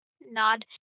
nod